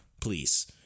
please